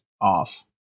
off